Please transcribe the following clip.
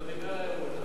הוא לא דיבר היום,